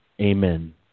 Amen